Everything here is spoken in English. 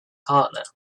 partner